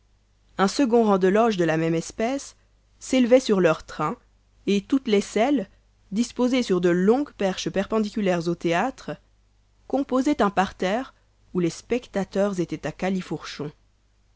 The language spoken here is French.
un second rang de loges de la même espèce s'élevait sur leurs trains et toutes les selles disposées sur de longues perches perpendiculaires au théâtre composaient un parterre où les spectateurs étaient à califourchon